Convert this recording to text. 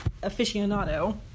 aficionado